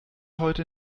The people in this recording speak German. heute